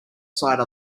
side